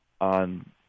on